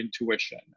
intuition